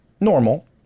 normal